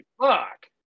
fuck